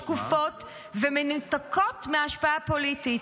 שקופות ומנותקות מהשפעה פוליטית.